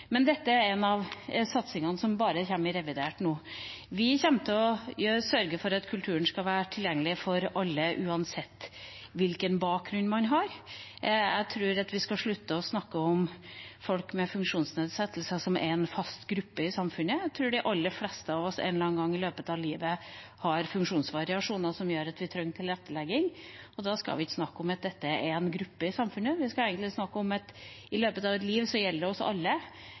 er en av satsingene som bare kommer i revidert. Vi kommer til å sørge for at kulturen skal være tilgjengelig for alle, uansett hvilken bakgrunn man har. Jeg tror vi skal slutte å snakke om folk med funksjonsnedsettelse som én fast gruppe i samfunnet. Jeg tror de aller fleste av oss en eller annen gang i løpet av livet har en funksjonsvariasjon som gjør at vi trenger tilrettelegging. Da skal vi ikke snakke om at dette er en gruppe i samfunnet. Vi skal egentlig snakke om at i løpet av et liv gjelder det oss alle,